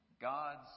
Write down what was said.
God's